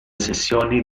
sessioni